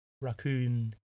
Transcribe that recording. raccoon